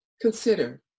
consider